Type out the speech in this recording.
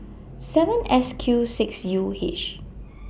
seven S Q six U H